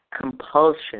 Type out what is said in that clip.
Compulsion